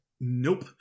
nope